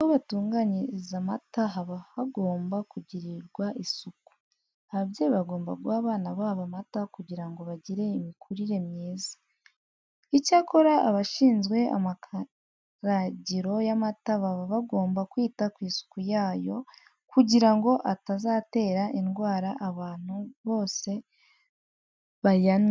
Aho batunganyiriza amata haba hagomba kugirirwa isuku. Ababyeyi bagomba guha abana babo amata kugira ngo bagire imikurire myiza. Icyakora abashinzwe amakaragiro y'amata baba bagomba kwita ku isuku yayo kugira ngo atazatera indwara abantu bose bayanywa.